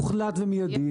מוחלט ומיידי,